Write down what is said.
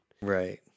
Right